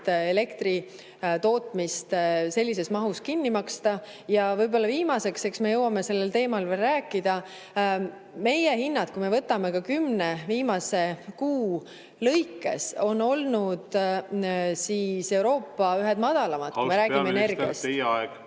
elektri tootmist sellises mahus lihtsalt kinni maksta. Ja võib-olla viimaseks, eks me jõuame sellel teemal veel rääkida: meie hinnad, kui me võtame ka kümne viimase kuu lõikes, on olnud Euroopa ühed madalamad, kui me räägime energiast.